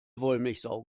wollmilchsau